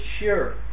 sure